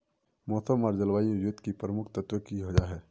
मौसम आर जलवायु युत की प्रमुख तत्व की जाहा?